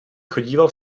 chodíval